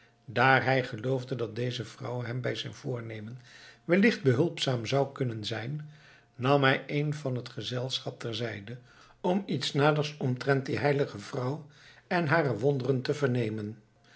daar hij geloofde dat deze vrouw hem bij zijn voornemen wellicht behulpzaam zou kunnen zijn nam hij een van het gezelschap ter zijde om iets naders omtrent die heilige vrouw en hare wonderen te vernemen